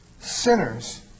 Sinners